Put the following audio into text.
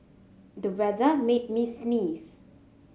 the weather made me sneeze